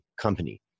company